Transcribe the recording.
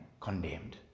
condemned